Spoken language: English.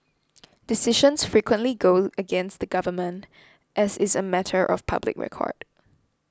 decisions frequently go against the government as is a matter of public record